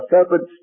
serpents